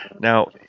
Now